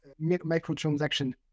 microtransaction